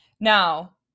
Now